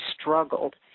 struggled